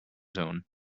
zone